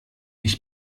ich